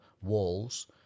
walls